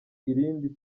irindi